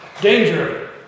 danger